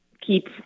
keep –